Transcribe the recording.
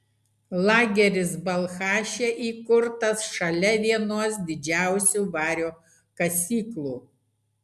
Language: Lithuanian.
lageris balchaše įkurtas šalia vienos didžiausių vario kasyklų